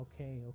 Okay